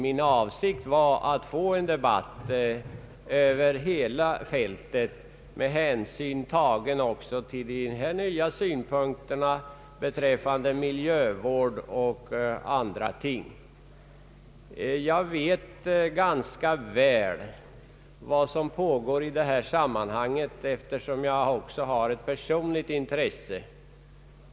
Min avsikt var att få en debatt över hela fältet med anknytning också till miljövårdsfrågor och andra ting. Jag vet rätt väl vad som händer just nu, eftersom jag också har ett personligt intresse att bevaka i detta sammanhang.